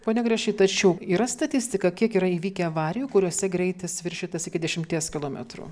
pone grašy tačiau yra statistika kiek yra įvykę avarijų kuriose greitis viršytas iki dešimties kilometrų